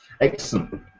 Excellent